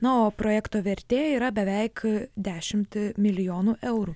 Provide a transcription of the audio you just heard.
nu o projekto vertė yra beveik dešimt milijonų eurų